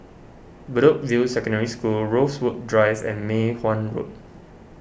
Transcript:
Bedok View Secondary School Rosewood Drive and Mei Hwan Road